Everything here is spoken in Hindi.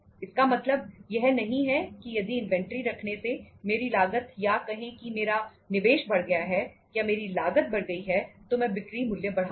इसका मतलब यह नहीं है कि यदि इन्वेंट्री रखने से मेरी लागत या कहें कि मेरा निवेश बढ़ गया है या मेरी लागत बढ़ गई है तो मैं बिक्री मूल्य बढ़ाऊंगा